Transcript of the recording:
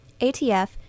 ATF